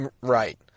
Right